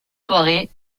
soirée